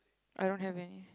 I don't have any